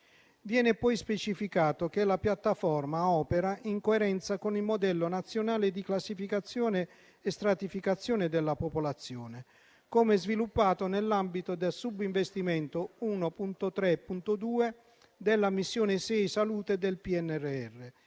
Viene poi specificato che la piattaforma opera in coerenza con il «modello nazionale di classificazione e stratificazione della popolazione», come sviluppato nell'ambito del sub-investimento 1.3.2, della Missione 6 salute del PNRR.